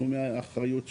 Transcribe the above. בתחומי האחריות שלו,